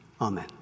Amen